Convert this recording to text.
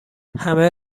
همه